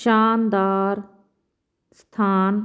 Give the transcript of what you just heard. ਸ਼ਾਨਦਾਰ ਸਥਾਨ